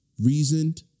reasoned